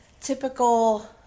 typical